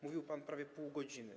Mówił pan prawie pół godziny.